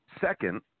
Second